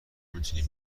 میتونی